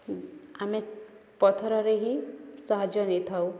ଆମେ ପଥରରେ ହିଁ ସାହାଯ୍ୟ ନେଇଥାଉ